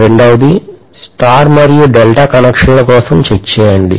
రెండవది స్టార్ మరియు డెల్టా కనెక్షన్ల కోసం చెక్ చేయండి